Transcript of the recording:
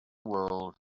world